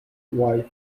wife